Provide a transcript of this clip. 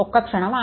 ఒక్క క్షణం ఆగండి